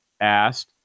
asked